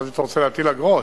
חשבתי שאתה רוצה להטיל אגרות.